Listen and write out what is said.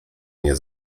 nie